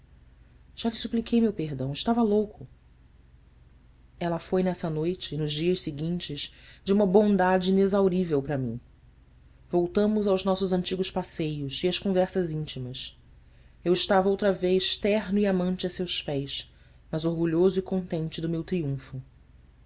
já lhe supliquei meu perdão eu estava louco ela foi nessa noite e nos dias seguintes de uma bondade inexaurível para mim voltamos aos nossos antigos passeios e às conversas íntimas eu estava outra vez terno e amante a seus pés mas orguihoso e contente do meu triunfo